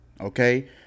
okay